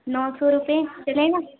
نو سو روپئے چلے گا